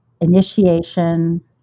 initiation